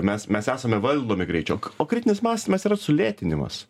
mes mes esame valdomi greičio k o kritinis mąstymas yra sulėtinimas